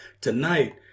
tonight